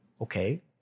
Okay